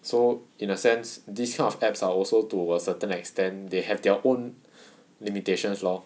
so in a sense this kind of apps are also to a certain extent they have their own limitations lor